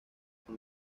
con